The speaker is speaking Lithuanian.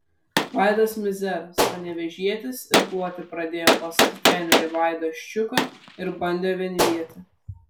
vaidas mizeras panevėžietis irkluoti pradėjo pas trenerį vaidą ščiuką ir bandė vienvietę